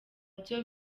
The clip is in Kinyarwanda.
byo